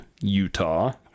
Utah